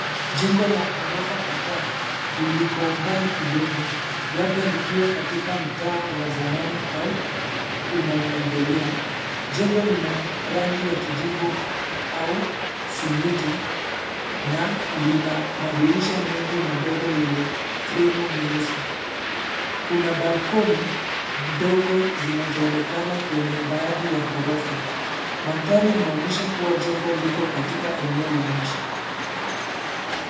Jengo la ghorofa kadhaa, liliko mbali kidogo, labda likiwa katika mtaa wa zamani au, unaoendelea, jengo lina, rangi ya kijivu, au, simiti, na, lina, madirisha mengi madogo yenye, fremu nyeusi, kuna balkoni, ndogo zinazoonekana kwenye baadhi ya ghorofa, mandhari inaonyesha kuwa jengo liko katika eneo la mji.